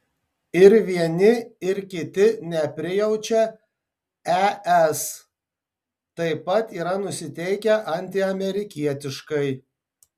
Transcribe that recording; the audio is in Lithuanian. ir vieni ir kiti neprijaučia es taip pat yra nusiteikę antiamerikietiškai